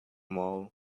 mall